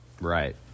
Right